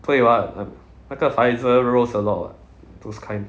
对 [what] 那个 Pfizer rose a lot [what] those kind